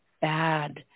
bad